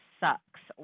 sucks